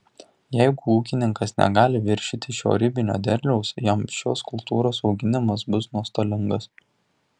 jeigu ūkininkas negali viršyti šio ribinio derliaus jam šios kultūros auginimas bus nuostolingas